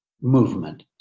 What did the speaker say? movement